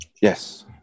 yes